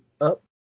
up